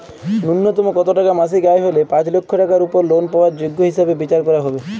ন্যুনতম কত টাকা মাসিক আয় হলে পাঁচ লক্ষ টাকার উপর লোন পাওয়ার যোগ্য হিসেবে বিচার করা হবে?